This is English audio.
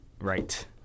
right